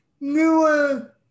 newer